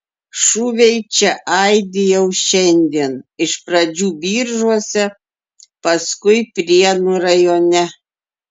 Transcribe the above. šūviai čia aidi jau šiandien iš pradžių biržuose paskui prienų rajone